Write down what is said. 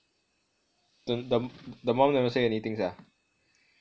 the the the mum never say anything sia